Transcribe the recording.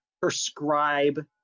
prescribe